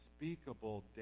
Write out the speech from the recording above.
unspeakable